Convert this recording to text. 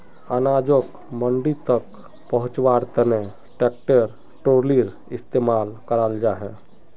अनाजोक मंडी तक पहुन्च्वार तने ट्रेक्टर ट्रालिर इस्तेमाल कराल जाहा